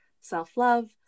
self-love